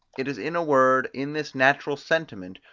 it is in a word, in this natural sentiment,